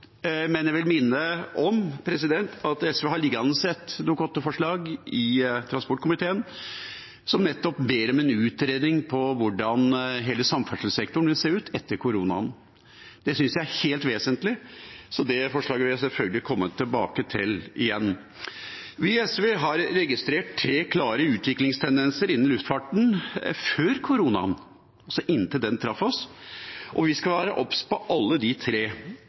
men jeg vil minne om at det ligger et Dokument 8-forslag fra SV i transport- og kommunikasjonskomiteen som nettopp ber om en utredning av hvordan hele samferdselssektoren vil se ut etter koronaen. Det synes jeg er helt vesentlig, så det forslaget vil jeg sjølsagt komme tilbake til. Vi i SV har registrert tre klare utviklingstendenser innen luftfarten før koronaen traff oss, og vi skal være obs på alle tre,